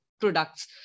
products